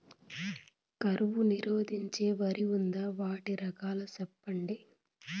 కరువు నిరోధించే వరి ఉందా? వాటి రకాలు చెప్పండి?